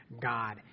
God